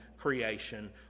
creation